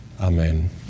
Amen